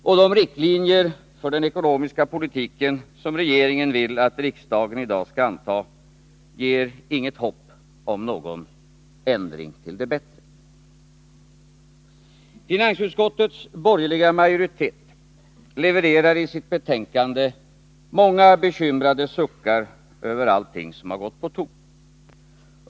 Och de riktlinjer för den ekonomiska politiken som regeringen vill att riksdagen i dag skall anta ger inget hopp om någon ändring till det bättre. Finansutskottets borgerliga majoritet levererar i sitt betänkande många bekymrade suckar över allt som gått på tok.